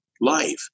life